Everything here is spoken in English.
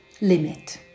limit